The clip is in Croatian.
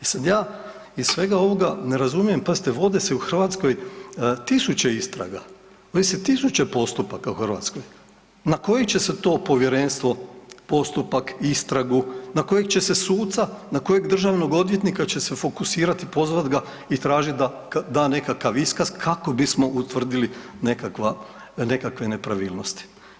E sad ja iz svega ovoga ne razumijem, pazite vode se u Hrvatskoj 1000 istraga, vodi se 1000 postupaka u Hrvatskoj na koji će se to povjerenstvo postupak, istragu, na kojeg će se suca, na kojeg će se državnog odvjetnika će se fokusirati pozvat ga i tražiti da da nekakav iskaz kako bismo utvrdili nekakve nepravilnosti.